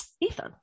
Ethan